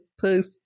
poof